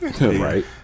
Right